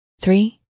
three